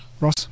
Ross